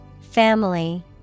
Family